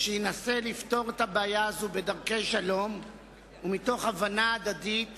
שינסה לפתור את הבעיה הזאת בדרכי שלום ומתוך הבנה הדדית